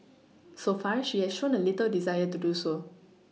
so far she has shown little desire to do so